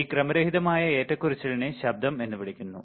ഈ ക്രമരഹിതമായ ഏറ്റക്കുറച്ചിലിനെ ശബ്ദം എന്ന് വിളിക്കുന്നു